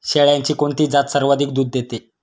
शेळ्यांची कोणती जात सर्वाधिक दूध देते?